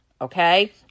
okay